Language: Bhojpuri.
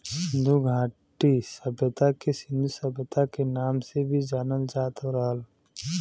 सिन्धु घाटी सभ्यता के सिन्धु सभ्यता के नाम से भी जानल जात रहल